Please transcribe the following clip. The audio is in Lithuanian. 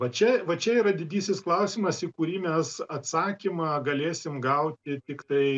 va čia va čia yra didysis klausimas į kurį mes atsakymą galėsim gauti tiktai